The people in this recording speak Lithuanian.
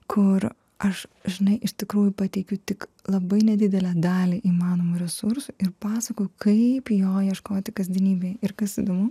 kur aš žinai iš tikrųjų pateikiu tik labai nedidelę dalį įmanomų resursų ir pasakoju kaip jo ieškoti kasdienybėj ir kas įdomu